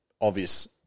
obvious